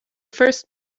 first